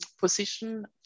position